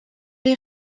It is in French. les